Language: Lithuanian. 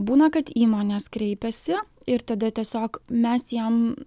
būna kad įmonės kreipiasi ir tada tiesiog mes jiem